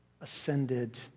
ascended